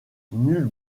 nulle